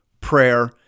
prayer